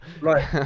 Right